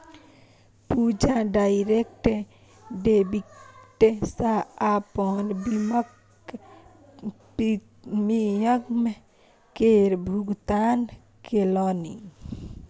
पूजा direct debit सँ अपन बीमाक प्रीमियम केर भुगतान केलनि